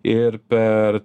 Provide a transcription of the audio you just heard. ir per